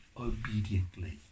obediently